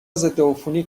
ضدعفونی